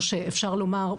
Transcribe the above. או שאפשר לומר,